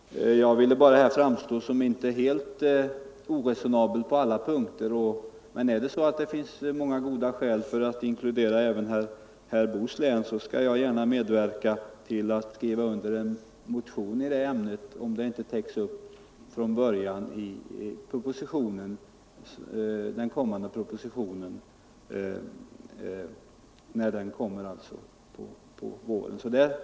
Jag vill inte framstå som helt oresonabel på alla punkter. Finns det många goda skäl för att inkludera även herr Boos hemlän i detta område, skall jag gärna medverka genom att skriva under en motion i det syftet, om inte det önskemålet tillgodoses genom den — Nr 138 proposition som skall komma under våren.